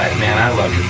man, i love